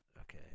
Okay